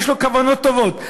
יש לו כוונות טובות,